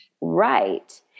Right